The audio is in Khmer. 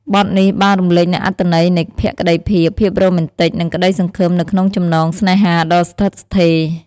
បទនេះបានរំលេចនូវអត្ថន័យនៃភក្តីភាព ភាពរ៉ូមែនទិក និងក្តីសង្ឃឹមនៅក្នុងចំណងស្នេហាដ៏ស្ថិតស្ថេរ។